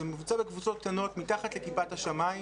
זה מבוצע בקבוצות קטנות, מתחת לכיפת השמיים,